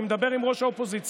אני מדבר עם ראש האופוזיציה.